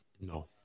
No